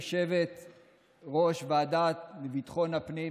יושבת-ראש הוועדה לביטחון הפנים,